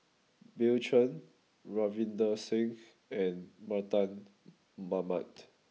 Bill Chen Ravinder Singh and Mardan Mamat